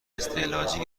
استعلاجی